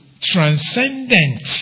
transcendent